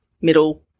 middle